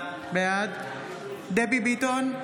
בעד דבי ביטון,